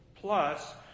plus